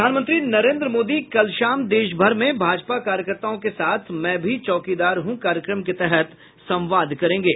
प्रधानमंत्री नरेन्द्र मोदी कल शाम देशभर में भाजपा कार्यकर्ताओं के साथ मैं भी चौकीदार हूँ कार्यक्रम के तहत संवाद करेंगे